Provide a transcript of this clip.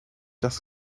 das